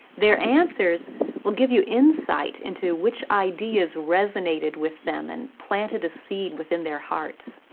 their answers will give you insight into which ideas resonated with them and planted a seed within their hearts.